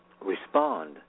respond